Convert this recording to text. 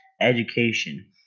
education